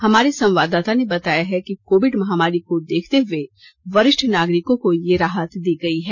हमारे संवाददाता ने बताया है कि कोविड महामारी को देखते हुए वरिष्ठ नागरिकों को यह राहत दी गई है